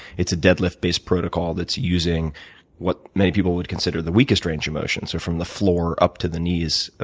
it's a deadlift-based protocol that's using what many people would consider the weakest range of motion, so from the floor up to the knees,